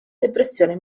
depressione